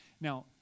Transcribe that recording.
Now